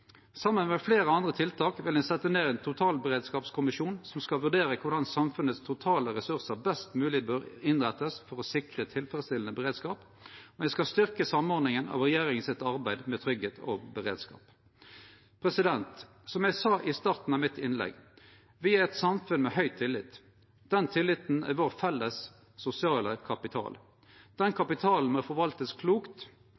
Saman med fleire andre tiltak vil ein setje ned ein totalberedskapskommisjon som skal vurdere korleis samfunnet sine totale ressursar best mogleg bør innrettast for å sikre tilfredsstillande beredskap. Og ein skal styrkje samordninga av regjeringa sitt arbeid med tryggleik og beredskap. Som eg sa i starten av mitt innlegg: Me er eit samfunn med høg tillit. Den tilliten er vår felles sosiale kapital. Den